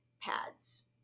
pads